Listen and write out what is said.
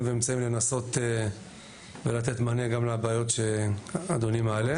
ואמצעים לנסות ולתת מענה גם לבעיות שאדוני מעלה.